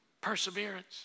perseverance